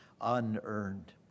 unearned